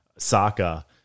Saka